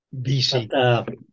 BC